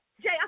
Jay